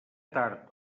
tard